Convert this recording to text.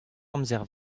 amzer